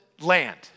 land